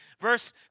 Verse